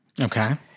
Okay